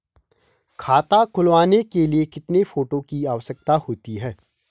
खाता खुलवाने के लिए कितने फोटो की आवश्यकता होती है?